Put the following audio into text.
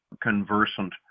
conversant